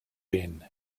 been